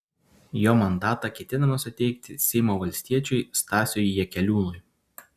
jo mandatą ketinama suteikti seimo valstiečiui stasiui jakeliūnui